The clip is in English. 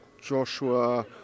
Joshua